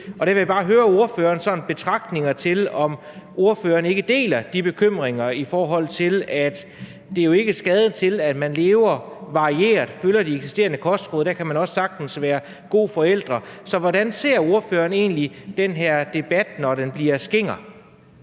Og der vil jeg bare høre, om ordføreren ikke deler de bekymringer, i forhold til at det jo ikke er nogen skade til, at man spiser varieret og følger de eksisterende kostråd, for der kan man også sagtens være gode forældre. Så hvordan ser ordføreren egentlig på den her debat, når den bliver skinger?